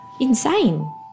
Insane